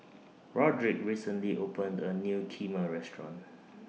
Roderick recently opened A New Kheema Restaurant